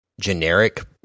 generic